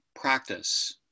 practice